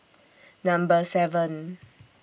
Number seven